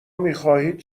میخواهید